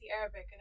Arabic